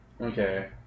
Okay